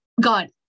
God